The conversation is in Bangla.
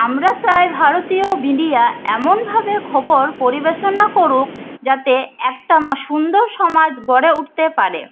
আমরা চায় ভারতীয় মিডিয়া এমনভাবে খবর পরিবেশনা করুক যাতে একটা সুন্দর সমাজ গড়ে উঠতে পারে